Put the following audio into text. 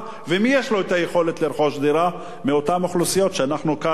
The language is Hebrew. לרכוש דירה מאותן אוכלוסיות שאנחנו כאן כולנו בשביל להגן עליהן.